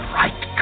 right